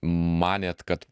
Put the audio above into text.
manėt kad